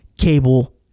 cable